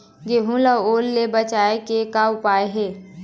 गेहूं ला ओल ले बचाए के का उपाय हे?